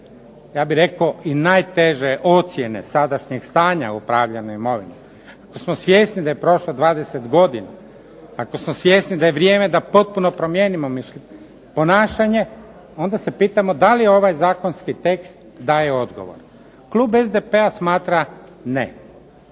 ja bih rekao, i najteže ocjene sadašnjeg stanja upravljanja imovinom, ako smo svjesni da je prošlo 20 godina, ako smo svjesni da je vrijeme da potpuno promijenimo mišljenje, ponašanje, onda se pitamo da li ovaj zakonski tekst daje odgovor? Klub SDP-a smatra ne.